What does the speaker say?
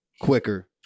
quicker